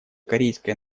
корейской